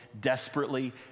desperately